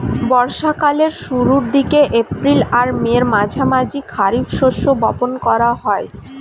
বর্ষা কালের শুরুর দিকে, এপ্রিল আর মের মাঝামাঝি খারিফ শস্য বপন করা হয়